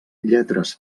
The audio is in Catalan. lletres